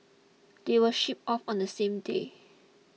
they were shipped off on the same day